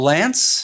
Lance